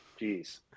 Jeez